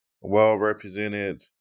well-represented